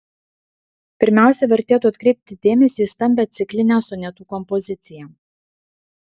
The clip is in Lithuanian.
pirmiausia vertėtų atkreipti dėmesį į stambią ciklinę sonetų kompoziciją